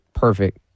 perfect